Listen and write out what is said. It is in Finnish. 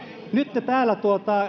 nyt te täällä